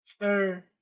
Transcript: sir